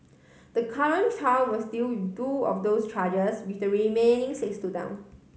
the current trial was deal two of those charges with the remaining six stood down